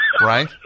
Right